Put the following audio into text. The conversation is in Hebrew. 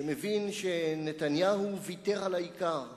שמבין שנתניהו ויתר על העיקר,